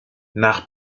nach